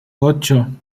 ocho